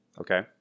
Okay